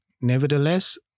nevertheless